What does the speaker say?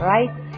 Right